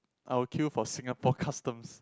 I will queue for Singapore customs